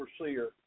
overseer